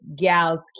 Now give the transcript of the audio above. gal's